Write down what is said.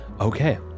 Okay